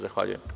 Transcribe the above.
Zahvaljujem.